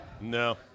No